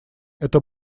это